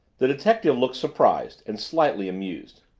the detective looked surprised and slightly amused.